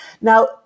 Now